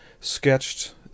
sketched